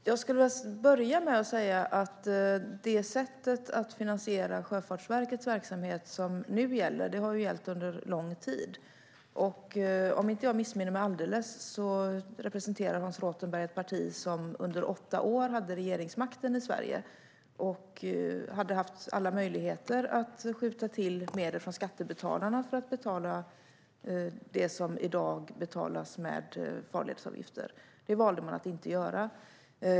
Fru ålderspresident! Det sätt att finansiera Sjöfartsverkets verksamhet som gäller nu har gällt under lång tid. Om jag inte missminner mig alldeles representerar Hans Rothenberg ett parti som under åtta år hade regeringsmakten i Sverige och hade haft alla möjligheter att skjuta till medel från skattebetalarna för att betala det som i dag betalas med farledsavgifter. Det valde man att inte göra.